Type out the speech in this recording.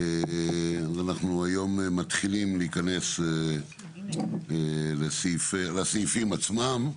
אנחנו היום מתחילים להיכנס לסעיפים עצמם,